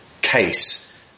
case